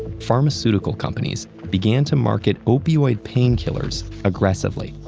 pharmaceutical companies began to market opioid painkillers aggressively,